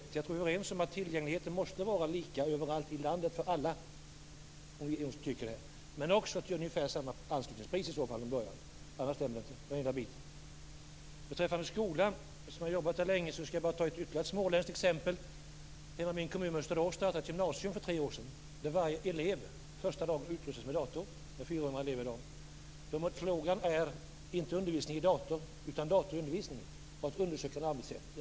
Jag tror att vi är överens om att tillgängligheten måste vara lika för alla överallt i landet. Men anslutningspriserna skall också vara ungefär lika i början. Jag har jobbat i skolan länge, och jag skall ta ytterligare ett småländskt exempel. I min hemkommun Mönsterås startades ett gymnasium för tre år sedan, där varje elev första dagen utrustades med en dator. Skolan har 400 elever i dag. Frågan är inte om man skall ha undervisning i dator utan om man skall ha dator i undervisningen. De tillämpar ett undersökande arbetssätt.